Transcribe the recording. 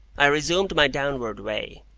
i resumed my downward way,